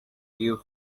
grew